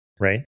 right